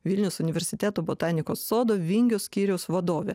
vilniaus universiteto botanikos sodo vingio skyriaus vadovė